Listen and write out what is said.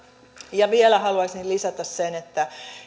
vielä haluaisin lisätä sen että